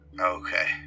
Okay